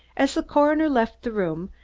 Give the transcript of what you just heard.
as the coroner left the room,